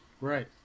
Right